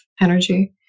energy